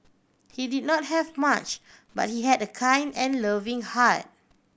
he did not have much but he had a kind and loving heart